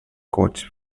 coach